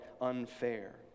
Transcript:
unfair